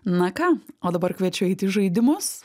na ką o dabar kviečiu eit į žaidimus